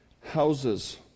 houses